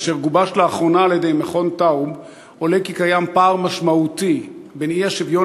אשר גובש לאחרונה על-ידי מרכז טאוב עולה כי קיים פער משמעותי בין האי-שוויון